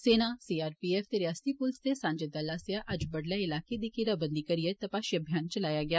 सेना सीआरपीएफ ते रियासती पुलस दे सांझे दल आस्सेआ अज्ज बडलै इलाकें दी घेराबंदी करिए तपाशी अभियान चलाया गेआ